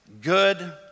good